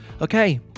Okay